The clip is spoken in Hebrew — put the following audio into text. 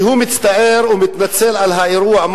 שהוא מצטער ומתנצל על האירוע,